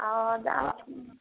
आओर दाबा ओ